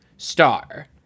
Star